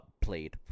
played